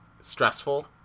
stressful